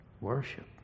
Worship